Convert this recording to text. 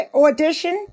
audition